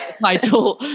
title